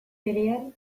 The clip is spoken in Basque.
berean